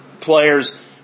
players